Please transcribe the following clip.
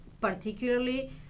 particularly